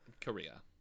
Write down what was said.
Korea